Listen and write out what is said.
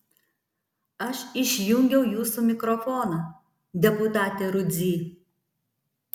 aš išjungiau jūsų mikrofoną deputate rudzy